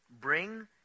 Bring